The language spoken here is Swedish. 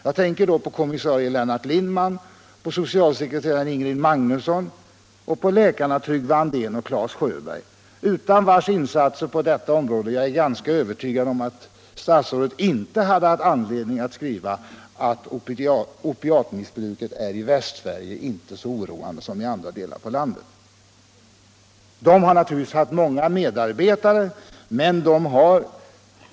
Jag tänker då främst på kommissarien Lennart Lindman, socialsekreteraren Ingrid Magnusson och läkarna Tryggve Andén och Clas Sjöberg, utan vilkas insatser på detta område jag är ganska övertygad om att statsrådet inte hade haft anledning att säga att opiatmissbruket i Västsverige inte är så oroande som i andra delar av landet. Naturligtvis har de haft många medarbetare.